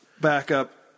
backup